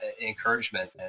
encouragement